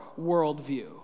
worldview